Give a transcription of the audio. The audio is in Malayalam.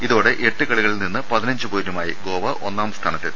ഇതോടെ എട്ട് കളികളിൽനിന്ന് പതിനഞ്ച് പോയിന്റുമായി ഗോവ ഒന്നാംസ്ഥാനത്തെത്തി